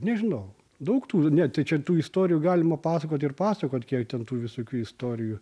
nežinau daug tų ne tai čia tų istorijų galima pasakot ir pasakot kiek ten tų visokių istorijų